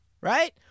Right